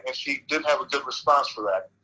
and she didn't have a good response for that.